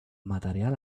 material